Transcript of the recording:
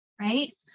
right